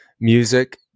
music